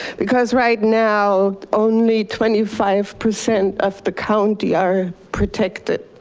because right now only twenty five percent of the county are protected.